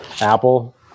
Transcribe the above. Apple